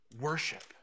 worship